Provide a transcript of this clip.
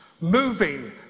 moving